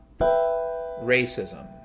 Racism